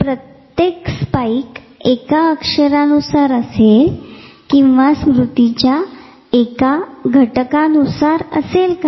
तर प्रत्येक स्पाईक एका अक्षरानुसार असेल किंवा त्या स्मृतीच्या एका घटकानुसार असेल का